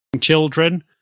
children